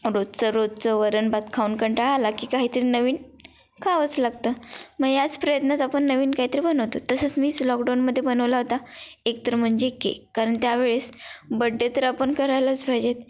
रोजचं रोजचं वरण भात खाऊन कंटाळा आला की काहीतरी नवीन खावंच लागतं मग याच प्रयत्नात आपण नवीन काहीतरी बनवतो तसंच मीच लॉकडाऊनमध्ये बनवला होता एकतर म्हणजे केक कारण त्यावेळेस बड्डे तर आपण करायलाच पाहिजेत